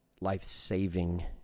life-saving